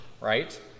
right